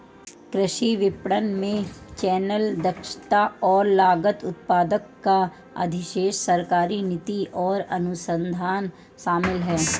कृषि विपणन में चैनल, दक्षता और लागत, उत्पादक का अधिशेष, सरकारी नीति और अनुसंधान शामिल हैं